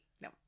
no